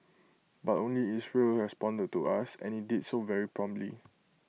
but only Israel responded to us and IT did so very promptly